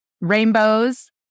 rainbows